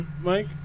Mike